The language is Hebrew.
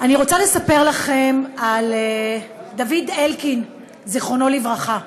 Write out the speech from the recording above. אני רוצה לספר לכם על דוד אלקין, זיכרונו לברכה.